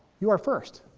you are first.